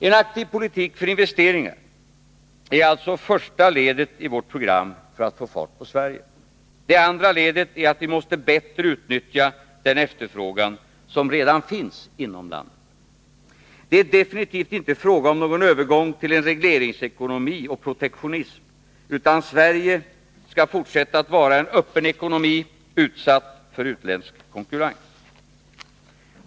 En aktiv politik för investeringar är alltså första ledet i vårt program för att få fart på Sverige. Det andra ledet är åtgärder för att bättre utnyttja den efterfrågan som finns inom landet. Det är definitivt inte fråga om någon övergång till en regleringsekonomi och protektionism, utan Sverige skall fortsätta att vara en öppen ekonomi, utsatt för utländsk konkurrens.